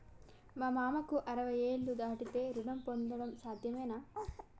మా మామకు అరవై ఏళ్లు దాటితే రుణం పొందడం సాధ్యమేనా?